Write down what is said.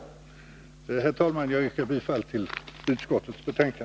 Herr talman! Jag yrkar bifall till utskottets hemställan.